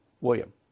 William